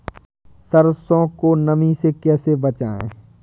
सरसो को नमी से कैसे बचाएं?